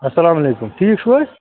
السلام علیکُم ٹھیٖک چھُو حظ